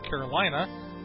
Carolina